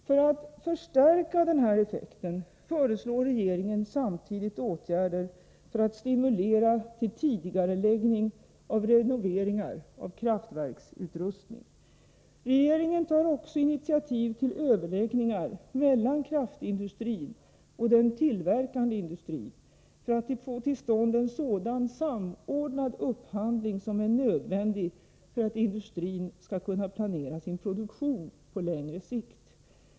För att förstärka den här effekten föreslår regeringen samtidigt åtgärder för att stimulera till tidigareläggning av renoveringar av kraftverksutrustning. Regeringen tar också initiativ till överläggningar mellan kraftindustrin och den tillverkande industrin för att få till stånd en sådan samordnad upphandling som är nödvändig för att industrin skall kunna planera sin produktion på längre sikt.